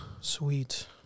Sweet